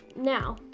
now